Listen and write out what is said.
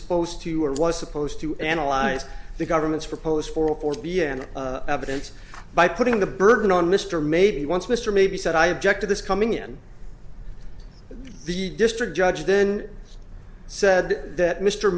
supposed to or was supposed to analyze the government's proposed b n evidence by putting the burden on mr maybe once mr may be said i object to this coming in the district judge then said that mr